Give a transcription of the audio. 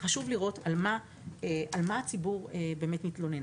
חשוב לראות על מה הציבור באמת מתלונן.